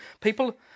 People